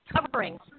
coverings